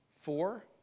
Four